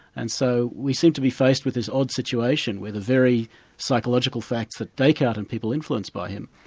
and so we seem to be faced with this odd situation, where the very psychological facts that descartes and people influenced by him,